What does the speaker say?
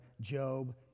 Job